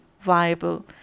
viable